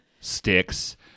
Sticks